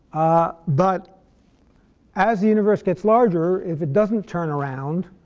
but as the universe gets larger, if it doesn't turn around,